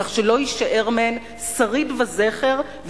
כך שלא יישאר מהן שריד וזכר,